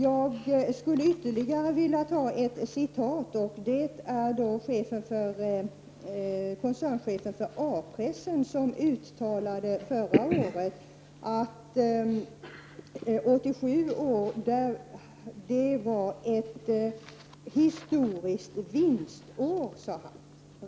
Jag skulle vilja referera till koncernchefen för A-pressen som förra året uttalade att 1987 var ett historiskt vinstår.